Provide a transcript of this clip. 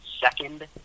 second